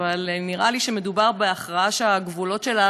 אבל נראה לי שמדובר בהכרעה שהגבולות שלה